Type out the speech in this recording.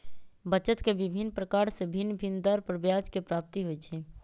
बचत के विभिन्न प्रकार से भिन्न भिन्न दर पर ब्याज के प्राप्ति होइ छइ